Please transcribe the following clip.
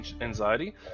anxiety